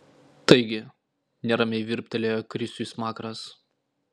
taigi neramiai virptelėjo krisiui smakras